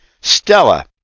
Stella